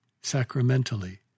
sacramentally